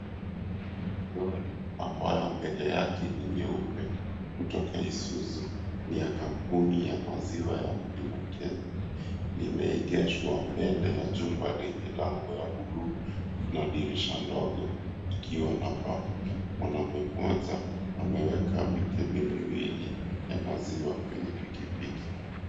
Lori ambayo mbele yake ni nyeupe kutoka Isuzu ni ya kampuni ya maziwa ya mlima Kenya. Limeegeshwa mbele ya jumba lenye lango ya buluu na dirisha ndogo ikiwa na paa. Mwanaume mmoja ameweka mikebe miwili ya maziwa kwenye pikipiki.